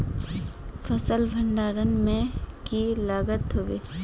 फसल भण्डारण में की लगत होबे?